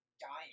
dying